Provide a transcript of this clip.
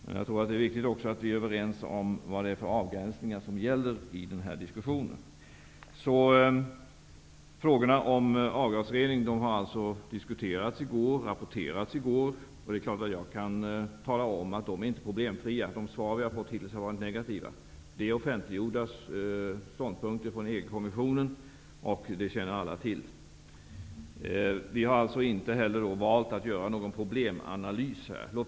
Jag tror också att det är viktigt att vi är överens om de avgränsningar som gäller i den här diskussionen. Frågorna om avgasrening diskuterades och rappporterades alltså i går. Det är klart att jag kan tala om att det inte är problemfritt i det avseendet. De svar som vi hittills fått har varit negativa. Det gäller offentliggjorda ståndpunkter från EG kommissionen, som alla känner till. Vi har alltså valt att inte göra en problemanalys här.